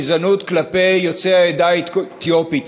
גזענות כלפי יוצאי העדה האתיופית.